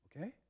Okay